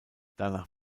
danach